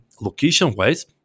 location-wise